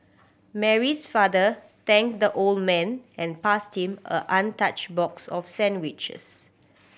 Mary's father thanked the old man and passed him a an untouched box of sandwiches